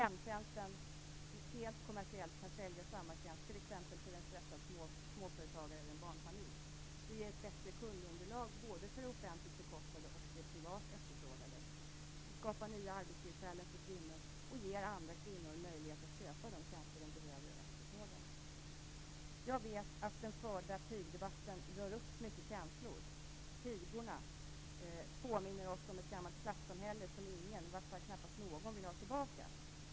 Hemtjänsten kan helt kommersiellt sälja samma tjänst t.ex. till en stressad småföretagare eller en barnfamilj. Det ger ett bättre kundunderlag både för det offentligt bekostade och för det privat efterfrågade. Det skapar nya arbetstillfällen för kvinnor och ger andra kvinnor möjlighet att köpa de tjänster de behöver och efterfrågar. Jag vet att den förda "pigdebatten" rör upp mycket känslor. "Pigorna" påminner oss om ett gammalt klassamhälle, som knappast någon vill ha tillbaka.